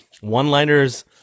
one-liners